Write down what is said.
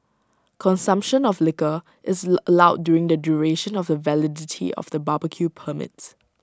consumption of liquor is allowed during the duration of the validity of the barbecue permit